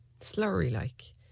Slurry-like